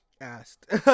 asked